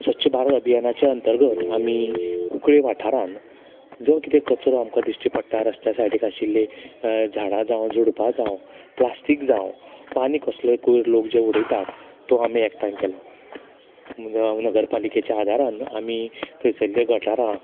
स्वच्छ भारत अभियानाच्या अंतरगत आमी कुंकळें वाठारान जो कितें कचरो आमका दिश्टी पडटा रस्त्या सायडीक आशिल्ली झाडां जांव झुडपा जांव प्लास्टीक जांव वा आनी कसलोय कोयर लोक जें उडयता तो आमी एकठांय केलो मागीर नगरपालीकेच्या आदारान आमी थंयसरलें घटरां